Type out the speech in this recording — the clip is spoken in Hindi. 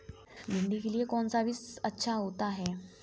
भिंडी के लिए कौन सा बीज अच्छा होता है?